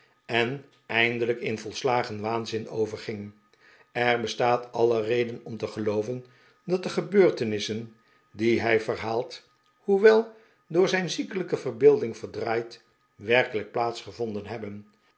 en eindelijk in volslagen waanzin overging er bestaat alle reden om te gelooven dat de gebeurtenissen die hij verhaalt hoewel door zijn ziekelijke verbeelding verdraaid werkelijk plaats gevonden hebben